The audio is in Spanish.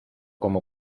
como